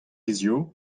hiziv